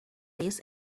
this